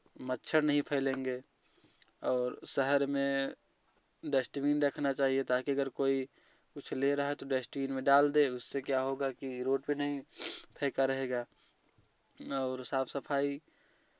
मच्छर नहीं फैलेंगे और शहर में डस्टबिन रखना चाहिए ताकि अगर कोई कुछ ले रहा है तो डस्टबिन में डाल दें उससे क्या होगा कि रोड पे नहीं फेंका रहेगा और साफ़ सफाई